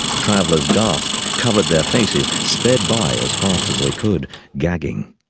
travellers gasped, covered their faces, sped by as fast as they could, gagging.